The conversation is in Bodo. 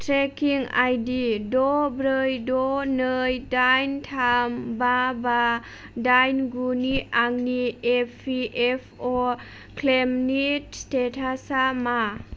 ट्रेकिं आइडि द' ब्रै द' नै दाइन थाम बा बा दाइन गु नि आंनि एपिएफअ क्लेइमनि स्टेटासा मा